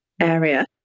area